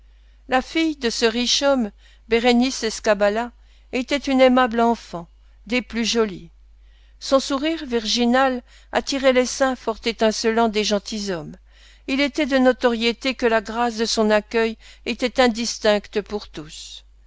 la fille de ce richomme bérénice escabala était une aimable enfant des plus jolies son sourire virginal attirait l'essaim fort étincelant des gentilshommes il était de notoriété que la grâce de son accueil était indistincte pour tous